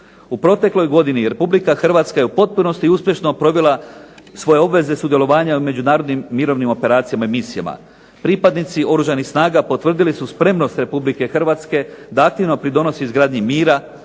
U protekloj godini Republike Hrvatska je u potpunosti uspješno provela svoje obveze sudjelovanja u međunarodnim operacijama i misijama. Pripadnici Oružanih snaga potvrdili su spremnost Republike Hrvatske da aktivno pridonosi izgradnji mira,